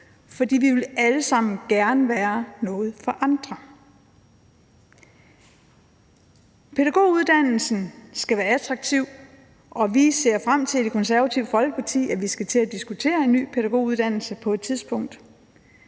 for vi vil alle sammen gerne være noget for andre. Pædagoguddannelsen skal være attraktiv, og vi ser i Det Konservative Folkeparti frem til, at vi skal til at diskutere en ny pædagoguddannelse på et tidspunkt.